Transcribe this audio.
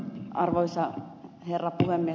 arvoisa herra puhemies